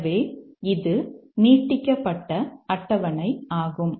எனவே இது நீட்டிக்கப்பட்ட அட்டவணை ஆகும்